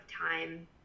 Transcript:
time